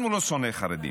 אנחנו לא שונאי חרדים.